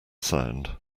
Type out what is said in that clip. sound